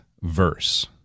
verse